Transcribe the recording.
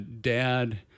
dad